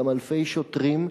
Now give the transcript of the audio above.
גם אלפי שוטרים,